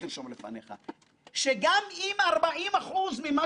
אאפשר גם לאיילת נחמיאס ורבין וליואב קיש,